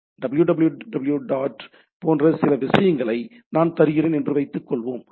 www dot போன்ற சில விஷயங்களை நான் தருகிறேன் என்று வைத்துக்கொள்வோம்